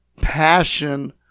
passion